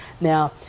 Now